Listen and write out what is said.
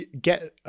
get